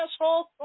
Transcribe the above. asshole